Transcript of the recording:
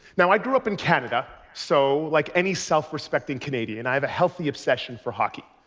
now, i grew up in canada. so like any self-respecting canadian, i have a healthy obsession for hockey.